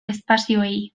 espazioei